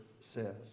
says